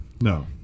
No